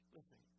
Listen